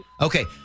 okay